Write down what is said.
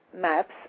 maps